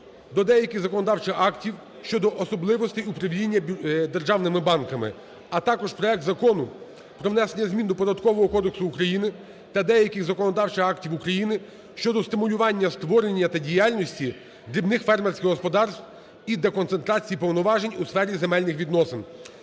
до деяких законодавчих актів щодо особливостей управління державними банками, а також проект Закону про внесення змін до Податкового кодексу України та деяких законодавчих актів України щодо стимулювання створення та діяльності дрібних фермерських господарств ідеконцентрації повноважень у сфері земельних відносин.